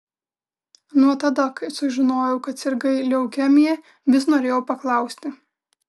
nuo tada kai sužinojau kad sirgai leukemija vis norėjau paklausti